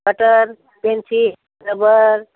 cutter pencil rubber